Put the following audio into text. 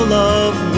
love